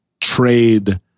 trade